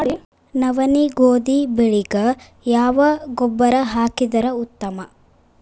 ನವನಿ, ಗೋಧಿ ಬೆಳಿಗ ಯಾವ ಗೊಬ್ಬರ ಹಾಕಿದರ ಉತ್ತಮ?